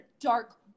dark